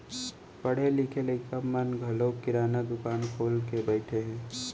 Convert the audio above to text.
पढ़े लिखे लइका मन घलौ किराना दुकान खोल के बइठे हें